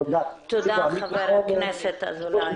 תודה לחבר הכנסת ינון אזולאי.